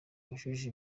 wujuje